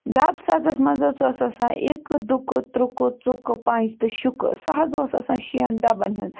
ڈَبہٕ سزَس منٛز حظ اوس آسان اِکہٕ دُکہٕ تُرٛکہٕ ژُکہٕ پنٛج تہٕ شُکہٕ سُہ حظ اوس آسان شٮ۪ن ڈَبَن ہُنٛد